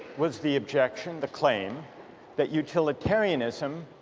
was the objection, the claim that utilitarianism,